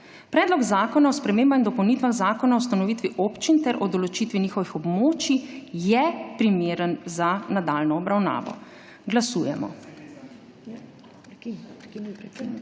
Predlog zakona o spremembah in dopolnitvah Zakona o ustanovitvi občin ter o določitvi njihovih območij je primeren za nadaljnjo obravnavo. Glasujemo.